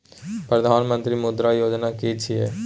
प्रधानमंत्री मुद्रा योजना कि छिए?